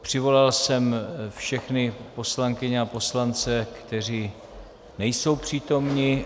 Přivolal jsem všechny poslankyně a poslance, kteří nejsou přítomni.